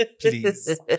please